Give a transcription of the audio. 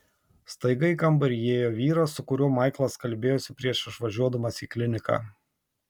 staiga į kambarį įėjo vyras su kuriuo maiklas kalbėjosi prieš išvažiuodamas į kliniką